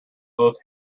both